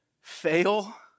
fail